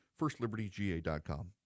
FirstLibertyGA.com